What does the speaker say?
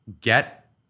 get